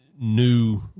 new